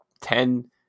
ten